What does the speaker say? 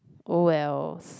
oh wells